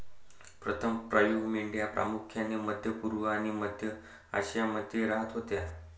प्रथम पाळीव मेंढ्या प्रामुख्याने मध्य पूर्व आणि मध्य आशियामध्ये राहत होत्या